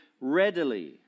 readily